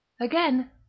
Again